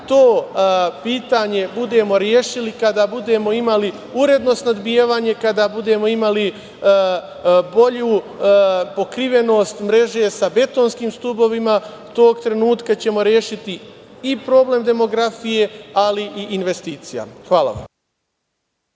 to pitanje budemo rešili, kada budemo imali uredno snabdevanje, kada budemo imali bolju pokrivenost mreže sa betonskim stubovima, tog trenutka ćemo rešiti i problem demografije, ali i investicija. Hvala vam.